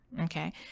Okay